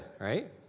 right